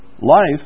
life